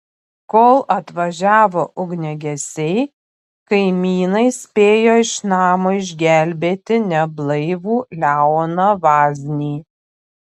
kol atvažiavo ugniagesiai kaimynai spėjo iš namo išgelbėti neblaivų leoną vaznį